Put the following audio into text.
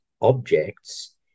objects